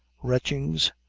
retchings,